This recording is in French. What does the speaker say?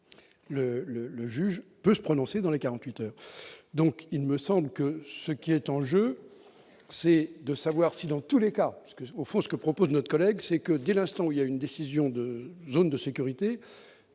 le juge peut se prononcer dans les 48 heures, donc il me semble que ce qui est en jeu, c'est de savoir si dans tous les cas, parce que, au fond, ce que propose notre collègue c'est que dès l'instant où il y a une décision de zones de sécurité,